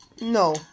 No